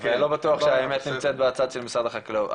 ולא בטוח שהאמת נמצאת בצד של משרד החקלאות.